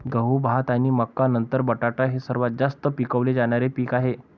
गहू, भात आणि मका नंतर बटाटा हे सर्वात जास्त पिकवले जाणारे पीक आहे